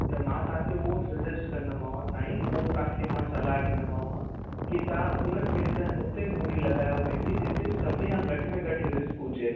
त मां तव्हांखे उहो सजेस्ट कंदोमाव साईं उहो तव्हांखे मां सलाहु ॾींदमाव की तव्हां उन्हनि पेस उते मूड़ी लॻायो पंहिंजी जिते सभिनी खां घटि में घट रिस्क हुजे